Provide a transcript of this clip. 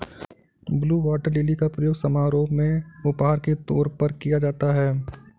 blue water lily का प्रयोग समारोह में उपहार के तौर पर किया जाता है